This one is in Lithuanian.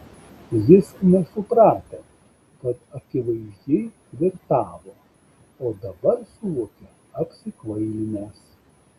jis nesuprato kad akivaizdžiai flirtavo o dabar suvokė apsikvailinęs